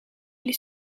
les